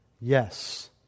Yes